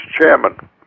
chairman